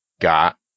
got